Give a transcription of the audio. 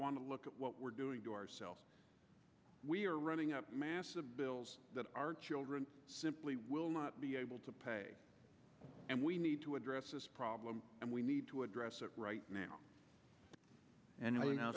want to look at what we're doing to ourselves we are running up massive bills that our children simply will not be able to pay and we need to address this problem and we need to address it right now and